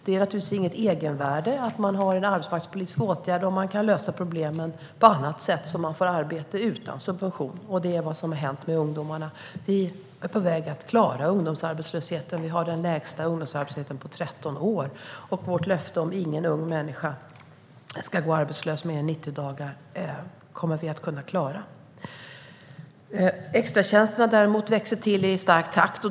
Det är naturligtvis inget egenvärde att ha en arbetsmarknadspolitisk åtgärd om man kan lösa problemen på annat sätt, så att människor får arbete utan subvention. Det är vad som har hänt med ungdomarna. Vi är på väg att klara ungdomsarbetslösheten. Vi har den lägsta ungdomsarbetslösheten på 13 år, och vårt löfte om att ingen ung människa ska gå arbetslös mer än 90 dagar kommer vi att kunna klara. Extratjänsterna växer däremot till i stark takt.